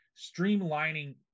Streamlining